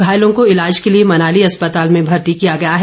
घायलों को इलाज के लिए मनाली अस्पताल में भर्ती किया गया है